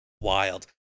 wild